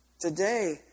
Today